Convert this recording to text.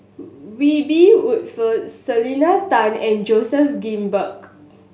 Wiebe Selena Tan and Joseph Grimberg